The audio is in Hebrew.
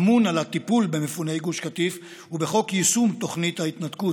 אמון על הטיפול במפוני גוש קטיף ובחוק יישום תוכנית ההתנתקות,